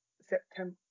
September